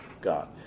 God